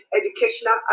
educational